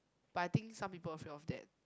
but I think some people afraid of that